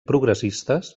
progressistes